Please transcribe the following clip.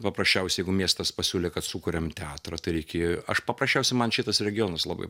paprasčiausiai jeigu miestas pasiūlė kad sukuriam teatrą aš paprasčiausiai man šitas regionas labai